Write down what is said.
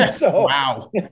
Wow